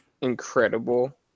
incredible